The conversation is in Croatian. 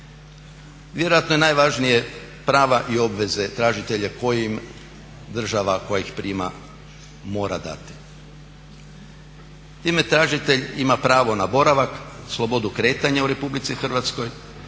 Vjerojatno je najvažnije prava i obveze tražitelja koja im država koja ih prima mora dati. Time tražitelj ima pravo na boravak, slobodu kretanja u RH, osiguranje